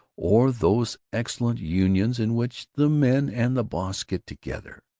or those excellent unions in which the men and the boss get together.